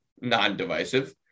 non-divisive